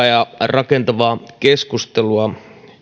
ja rakentavaa keskustelua